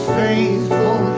faithful